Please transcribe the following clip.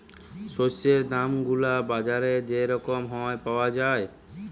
শস্যের দাম গুলা বাজারে যে রকম হ্যয় পাউয়া যায়